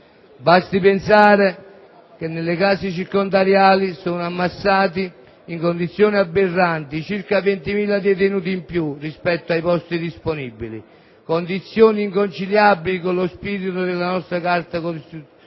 Basti pensare che nelle case circondariali sono ammassati in condizioni aberranti circa 20.000 detenuti in più rispetto ai posti disponibili. Si tratta di condizioni inconciliabili con lo spirito della nostra Carta costituzionale